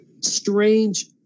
strange